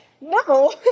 No